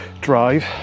drive